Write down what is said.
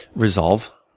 resolve.